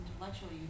intellectually